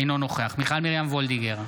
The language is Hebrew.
אינו נוכח מיכל מרים וולדיגר,